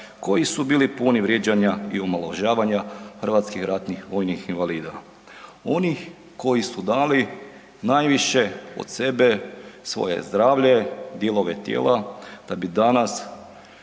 koji su bili puni vrijeđanja i omalovažavanja HRVI, onih koji su dali najviše od sebe, svoje zdravlje, dijelove tijela da bi danas